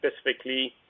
specifically